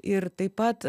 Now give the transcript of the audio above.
ir taip pat